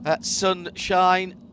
sunshine